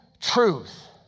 truth